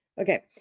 Okay